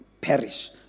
perish